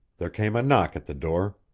there came a knock at the door.